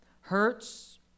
hurts